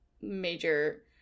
major